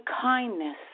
kindness